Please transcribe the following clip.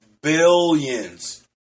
Billions